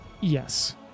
Yes